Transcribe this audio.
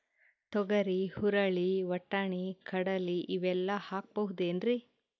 ತೊಗರಿ, ಹುರಳಿ, ವಟ್ಟಣಿ, ಕಡಲಿ ಇವೆಲ್ಲಾ ಹಾಕಬಹುದೇನ್ರಿ?